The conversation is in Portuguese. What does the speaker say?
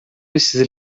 esses